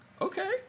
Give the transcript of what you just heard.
Okay